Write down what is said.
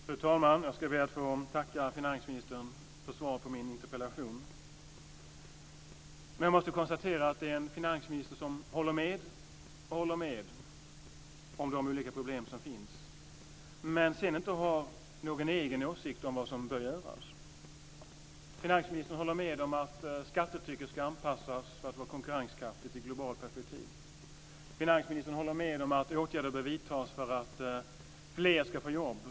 Fru talman! Jag ska be att få tacka finansministern för svaret på min interpellation. Jag måste konstatera att det är en finansminister som håller med och åter håller med om de olika problem som finns men som sedan inte har någon egen åsikt om vad som bör göras. Finansministern håller med om att skattetrycket ska anpassas för att vara konkurrenskraftigt i ett globalt perspektiv. Finansministern håller med om att åtgärder bör vidtas för att fler ska få jobb.